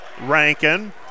Rankin